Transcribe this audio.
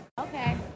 Okay